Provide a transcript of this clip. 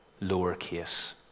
lowercase